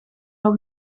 nog